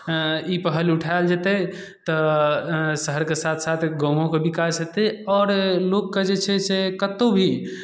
ई पहल उठाएल जेतै तऽ शहरके साथ साथ गामोके विकास हेतै आओर लोकके जे छै से कतहु भी